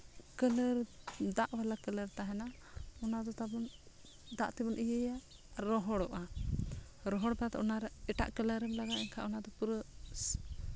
colour ᱫᱟᱜ ᱵᱟᱞᱟ ᱠᱟᱞᱟᱨ ᱛᱟᱦᱮᱱᱟ ᱚᱱᱟᱫᱚ ᱛᱟᱵᱚᱱ ᱫᱟᱜ ᱛᱮᱵᱚᱱ ᱤᱭᱟᱹᱭᱟ ᱨᱚᱦᱚᱲᱚᱜᱼᱟ ᱨᱚᱦᱚᱲ ᱠᱟᱛᱮᱫ ᱚᱱᱟᱨᱮ ᱮᱴᱟᱜ ᱠᱟᱞᱟᱨᱮᱢ ᱞᱟᱜᱟᱣᱟ ᱮᱱᱠᱷᱟᱱ ᱚᱱᱟᱫᱚ ᱯᱩᱨᱟᱹ